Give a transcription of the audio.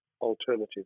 alternative